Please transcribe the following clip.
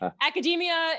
Academia